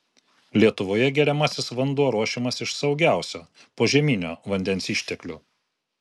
lietuvoje geriamasis vanduo ruošiamas iš saugiausio požeminio vandens išteklių